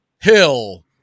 Hill